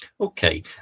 Okay